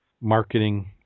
marketing